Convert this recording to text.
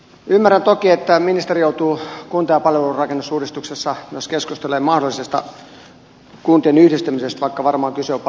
ymmärrän toki että ministeri joutuu kunta ja palvelurakenneuudistuksessa myös keskustelemaan mahdollisesta kuntien yhdistämisestä vaikka varmaan kyse on paljon muustakin